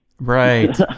right